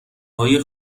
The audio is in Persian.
های